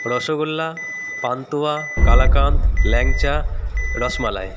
rasgulla pantua kalakand langcha rasmalai